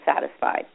satisfied